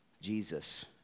Jesus